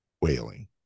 wailing